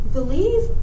believe